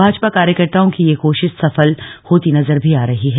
भाजपा कार्यकर्ताओं की यह कोशिश सफल होती नजर भी आ रही है